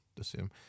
assume